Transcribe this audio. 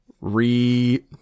re